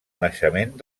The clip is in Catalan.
naixement